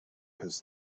his